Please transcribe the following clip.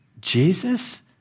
Jesus